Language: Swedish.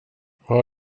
har